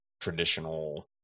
traditional